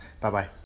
bye-bye